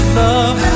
love